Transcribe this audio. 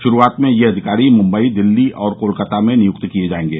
शुरूआत में यह अधिकारी मुंबई दिल्ली और कोलकाता में नियुक्त किए जाएंगे